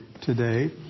today